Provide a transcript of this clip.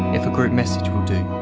if a group message will do.